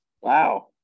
Wow